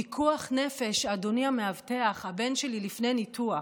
פיקוח נפש, אדוני המאבטח, הבן שלי לפני ניתוח.